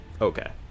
Okay